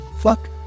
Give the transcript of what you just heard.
Fuck